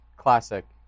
classic